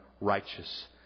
righteous